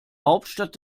hauptstadt